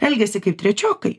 elgiasi kaip trečiokai